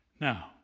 Now